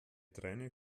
träne